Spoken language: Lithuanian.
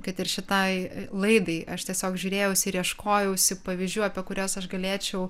kad ir šitai laidai aš tiesiog žiūrėjausi ir ieškojausi pavyzdžių apie kuriuos aš galėčiau